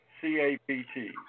C-A-P-T